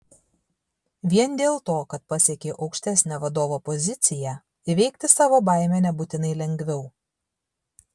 vien dėl to kad pasiekei aukštesnę vadovo poziciją įveikti savo baimę nebūtinai lengviau